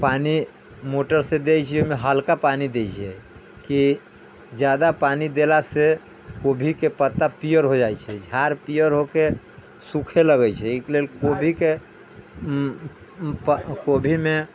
पानी मोटर से दै छियै ओहिमे हल्का पानी दै छियै की जादा पानी देला से गोभी के पत्ता पीयर हो जाइ छै तऽ झार पीयर होके सूखे लगै छै अहिके लेल गोभी के गोभी मे